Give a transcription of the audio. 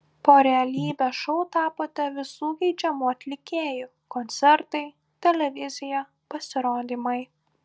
po realybės šou tapote visų geidžiamu atlikėju koncertai televizija pasirodymai